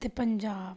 ते पंजाब